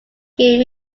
gave